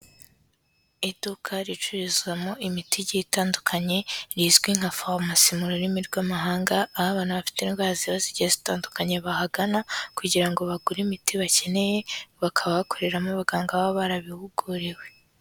Iduka ricururizwamo imiti igiye itandukanye rizwi nka farumasi mu rurimi rw'amahanga, aho abantu bafite indwara ziba zigiye zitandukanye bahagana kugira ngo bagure imiti bakeneye, bakaba bakoreramo abaganga baba barabihuguriwe.